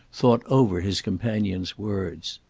thought over his companion's words.